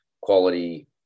quality